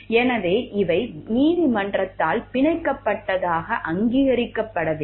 எனவே இவை நீதிமன்றத்தால் பிணைக்கப்பட்டதாக அங்கீகரிக்கப்படவில்லை